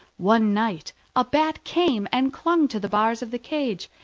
one night a bat came and clung to the bars of the cage,